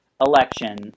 election